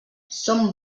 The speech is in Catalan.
som